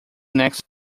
next